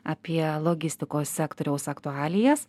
apie logistikos sektoriaus aktualijas